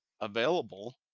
available